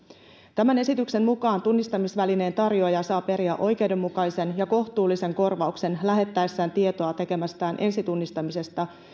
tämän esityksen mukaan tunnistamisvälineen tarjoaja saa periä oikeudenmukaisen ja kohtuullisen korvauksen lähettäessään tietoa tekemästään ensitunnistamisesta